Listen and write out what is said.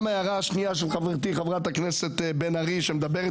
ועל מה זה תפקוד סביר ולא סביר.